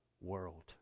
world